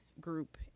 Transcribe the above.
group